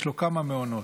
יש לו כמה מעונות,